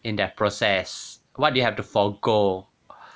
in that process what do you have to forgo